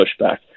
pushback